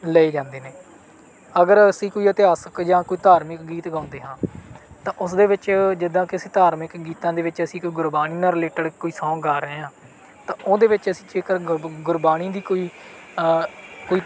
ਲਏ ਜਾਂਦੇ ਨੇ ਅਗਰ ਅਸੀਂ ਕੋਈ ਇਤਿਹਾਸਕ ਜਾਂ ਕੋਈ ਧਾਰਮਿਕ ਗੀਤ ਗਾਉਂਦੇ ਹਾਂ ਤਾਂ ਉਸ ਦੇ ਵਿੱਚ ਜਿੱਦਾਂ ਕਿ ਅਸੀਂ ਧਾਰਮਿਕ ਗੀਤਾਂ ਦੇ ਵਿੱਚ ਅਸੀਂ ਕੋਈ ਗੁਰਬਾਣੀ ਨਾਲ ਰਿਲੇਟਡ ਕੋਈ ਸੋਂਗ ਗਾ ਰਹੇ ਹਾਂ ਤਾਂ ਉਹਦੇ ਵਿੱਚ ਅਸੀਂ ਜੇਕਰ ਗੁਰ ਗੁਰਬਾਣੀ ਦੀ ਕੋਈ ਕੋਈ